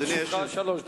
לרשותך שלוש דקות.